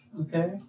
okay